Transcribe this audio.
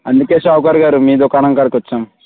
అందుకే షావుకార్ గారు మీ దుకాణం కాడకొచ్చాం